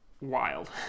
wild